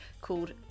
called